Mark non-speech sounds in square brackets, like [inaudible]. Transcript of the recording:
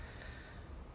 [laughs]